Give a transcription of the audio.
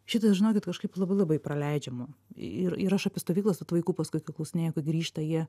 šitas žinokit kažkaip labai labai praleidžiama ir ir aš apie stovyklas vat vaikų paskui kai klausinėju kai grįžta jie